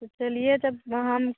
तो चलिए तब